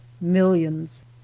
millions